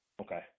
Okay